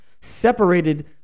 separated